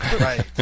Right